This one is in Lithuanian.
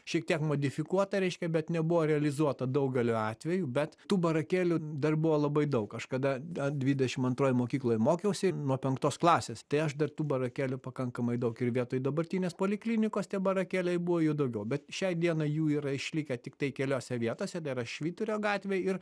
šiek tiek modifikuota reiškia bet nebuvo realizuota daugeliu atvejų bet tų barakėlių dar buvo labai daug kažkada da dvidešim antroj mokykloj mokiausi nuo penktos klasės tai aš dar tų barakėlių pakankamai daug ir vietoj dabartinės poliklinikos tie barakėliai buvo jų daugiau bet šiai dienai jų yra išlikę tiktai keliose vietose dar yra švyturio gatvėj ir